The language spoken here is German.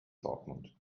dortmund